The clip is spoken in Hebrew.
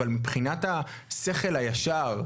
אבל מבחינת השכל הישר,